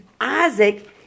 Isaac